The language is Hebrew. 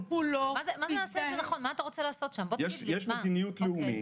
אבל נצטרך לקבוע דד-ליינים לדבר הזה,